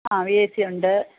ആ A C ഉണ്ട്